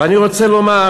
ואני רוצה לומר